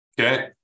Okay